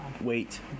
wait